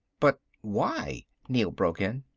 but why? neel broke in.